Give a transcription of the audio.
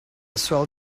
swell